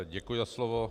Děkuji za slovo.